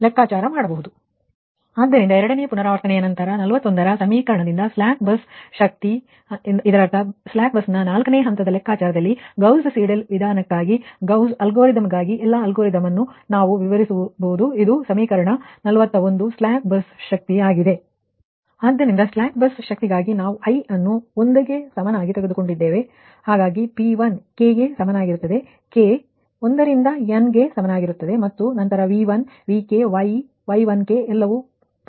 ಆದ್ದರಿಂದ ಎರಡನೇ ಪುನರಾವರ್ತನೆಯ ನಂತರ 41 ರ ಸಮೀಕರಣದಿಂದ ಸ್ಲಾಕ್ ಬಸ್ ಶಕ್ತಿ ಇದರರ್ಥ ಸ್ಲಾಕ್ ಬಸ್ನ 4 ನೇ ಹಂತದ ಲೆಕ್ಕಾಚಾರದಲ್ಲಿ ಗೌಸ್ ಸೀಡೆಲ್ ವಿಧಾನಕ್ಕಾಗಿ ಗೌಸ್ ಅಲ್ಗಾರಿದಮ್ಗಾಗಿ ಎಲ್ಲಾ ಅಲ್ಗಾರಿದಮ್ ಅನ್ನು ನಾವು ವಿವರಿಸಿದಾಗ ಇದು ಸಮೀಕರಣ 41 ಸ್ಲಾಕ್ ಬಸ್ ಶಕ್ತಿ ಆಗಿದೆ ಆದ್ದರಿಂದ ಸ್ಲಾಕ್ ಬಸ್ ಶಕ್ತಿಗಾಗಿ ನಾವು i ಅನ್ನು '1' ಗೆ ಸಮನಾಗಿ ತೆಗೆದುಕೊಂಡಿದ್ದೇವೆ